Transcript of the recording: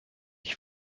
ich